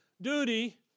duty